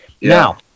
now